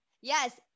Yes